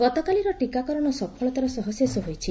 ଗତକାଲିର ଟିକାକରଣ ସଫଳତାର ସହ ଶେଷ ହୋଇଛି